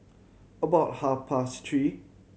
about half past three